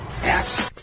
action